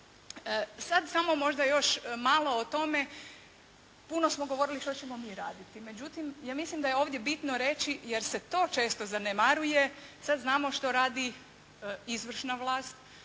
Sada samo možda još malo o tome, puno smo govorili što ćemo mi raditi. Međutim ja mislim da je ovdje bitno reći jer se to često zanemaruje, sada znamo što radi izvršna vlast